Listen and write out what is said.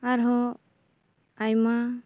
ᱟᱨ ᱦᱚᱸ ᱟᱭᱢᱟ